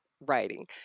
writing